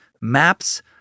maps